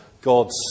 God's